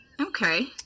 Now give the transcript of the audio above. Okay